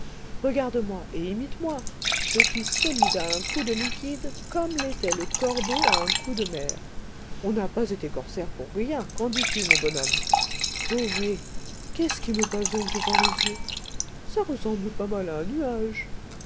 regarde-moi et imite moi je suis solide à un coup de liquide comme l'était le corbeau à un coup de mer on n'a pas été corsaire pour rien qu'en dis-tu mon bonhomme ohé qu'est-ce qui me passe donc devant les yeux ça ressemble pas mal à un nuage